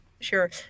sure